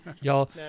Y'all